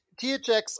THX